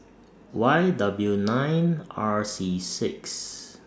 Y W nine R C six